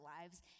lives